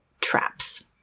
traps